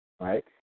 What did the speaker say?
right